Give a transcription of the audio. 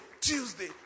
Tuesday